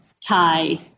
Thai